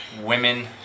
women